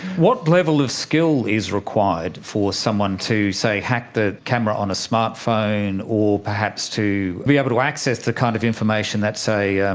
what level of skill is required for someone to, say, hack the camera on a smart phone or perhaps to be able to access the kind of information that, say, and